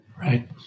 Right